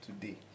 today